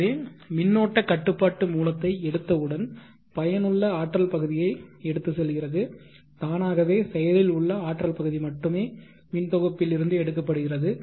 எனவே மின்னோட்ட கட்டுப்பாட்டு மூலத்தை எடுத்தவுடன் பயனுள்ள ஆற்றல் பகுதியை எடுத்துச் செல்கிறது தானாகவே செயலில் உள்ள ஆற்றல் பகுதி மட்டுமே மின் தொகுப்பில் இருந்து எடுக்கப்படுகிறது